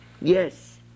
Yes